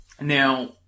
Now